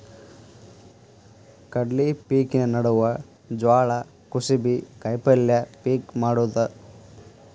ಕಡ್ಲಿ ಪಿಕಿನ ನಡುವ ಜ್ವಾಳಾ, ಕುಸಿಬಿ, ಕಾಯಪಲ್ಯ ಪಿಕ್ ಮಾಡುದ